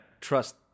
trust